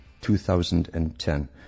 2010